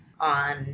on